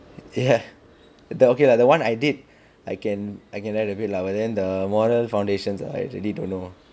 ya that okay lah that [one] I did I can I can write a bit lah but the model foundations I really don't know